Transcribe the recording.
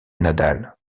nadal